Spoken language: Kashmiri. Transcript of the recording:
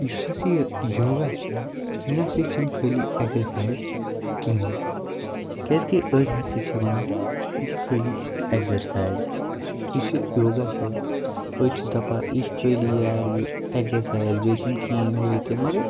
یُس اسہِ یہِ یوگا چھُ یہِ نہ سا چھِ خٲلی ایٚکزَرسایِز کِہیٖنۍ کیازکہِ أڑۍ ہسا چھِ وَنان یہِ چھِ خٲلی ایٚکزَرسایِز یُس یہِ یوگا چھُ أڑۍ چھِ دَپان یہِ چھِ خٲلی یارٕ یہٕ ایٚکزَرسایِز بیٚیہِ چھُنہٕ کِہیٖنۍ ہُہ یہٕ تہِ مَگر